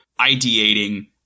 ideating